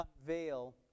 unveil